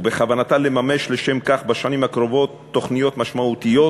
ובכוונתה לממש לשם כך בשנים הקרובות תוכניות משמעותיות,